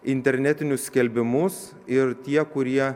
internetinius skelbimus ir tie kurie